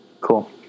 Cool